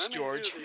George